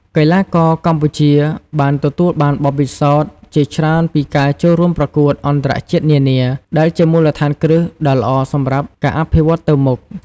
កីឡាករកម្ពុជាបានទទួលបានបទពិសោធន៍ជាច្រើនពីការចូលរួមប្រកួតអន្តរជាតិនានា ដែលជាមូលដ្ឋានគ្រឹះដ៏ល្អសម្រាប់ការអភិវឌ្ឍទៅមុខ។